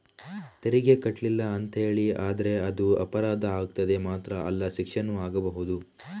ತೆರಿಗೆ ಕಟ್ಲಿಲ್ಲ ಅಂತೇಳಿ ಆದ್ರೆ ಅದು ಅಪರಾಧ ಆಗ್ತದೆ ಮಾತ್ರ ಅಲ್ಲ ಶಿಕ್ಷೆನೂ ಆಗ್ಬಹುದು